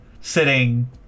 sitting